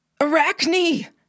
Arachne